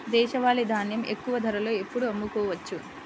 దేశవాలి ధాన్యం ఎక్కువ ధరలో ఎప్పుడు అమ్ముకోవచ్చు?